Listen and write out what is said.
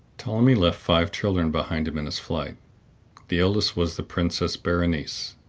ptolemy left five children behind him in his flight the eldest was the princess berenice,